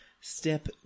Step